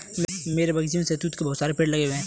मेरे बगीचे में शहतूत के बहुत सारे पेड़ लगे हुए हैं